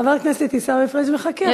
חבר הכנסת עיסאווי פריג' מחכה,